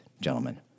gentlemen